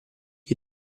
gli